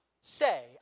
say